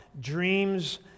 dreams